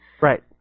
Right